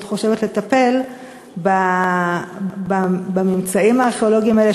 את חושבת לטפל בממצאים הארכיאולוגיים האלה,